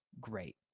great